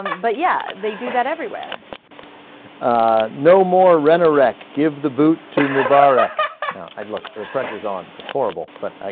um but yeah they do that everywhere ah. no more rhetoric give the boot to mubarek now i'd look the pressures on horrible but ah